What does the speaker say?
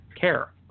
care